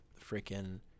Freaking –